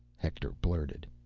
hector blurted.